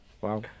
Wow